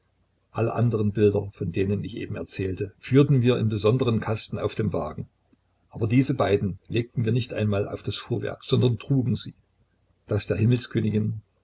alle anderen bilder von denen ich eben erzählte führten wir in besonderen kasten auf dem wagen aber diese beiden legten wir nicht einmal auf das fuhrwerk sondern trugen sie das der